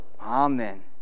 Amen